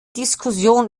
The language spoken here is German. diskussion